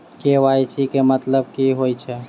KYC केँ मतलब की होइ छै?